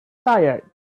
tired